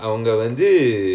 okay